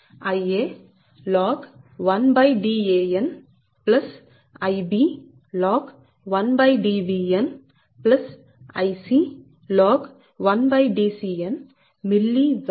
4605Ia log 1Dan Ib log 1Dbn Ic log 1DcnmWb Tkm